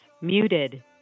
Muted